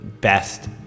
best